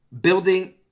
building